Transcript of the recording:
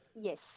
Yes